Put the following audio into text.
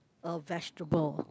a vegetable